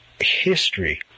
history